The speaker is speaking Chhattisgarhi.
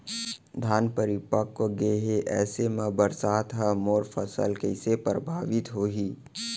धान परिपक्व गेहे ऐसे म बरसात ह मोर फसल कइसे प्रभावित होही?